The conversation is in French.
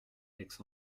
aix